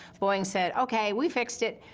boeing said, okay, we fixed it.